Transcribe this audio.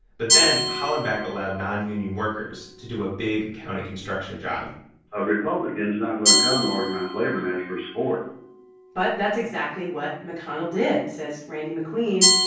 but then hollenbach allowed non-union workers to do a big county construction job a republican's not going to come to organized labor and ask for support but that's exactly what mcconnell did, says randy mcqueen,